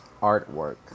artwork